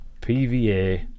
PVA